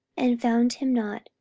and found him not,